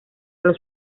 los